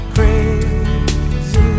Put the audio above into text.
Crazy